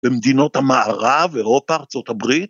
במדינות המערב, אירופה, ארצות הברית.